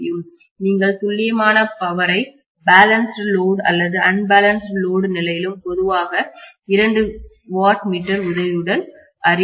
நீங்கள் துல்லியமான பவரை பேலன்ஸ்ட்சமச்சீர் லோடு அல்லது அன்பேலன்ஸ்ட்சமநிலையற்ற லோடு நிலையிலும் பொதுவாக இரண்டு வாட் மீட்டர் உதவியுடன் அறிய முடியும்